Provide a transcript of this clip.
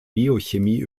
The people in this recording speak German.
biochemie